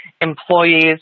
employees